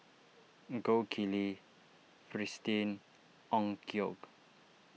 Gold Kili Fristine Onkyo